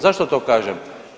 Zašto to kažem?